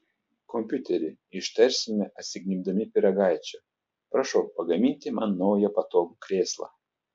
kompiuteri ištarsime atsignybdami pyragaičio prašau pagaminti man naują patogų krėslą